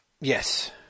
Yes